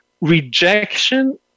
rejection